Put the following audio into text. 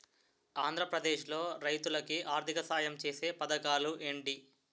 ఆంధ్రప్రదేశ్ లో రైతులు కి ఆర్థిక సాయం ఛేసే పథకాలు ఏంటి?